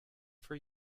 for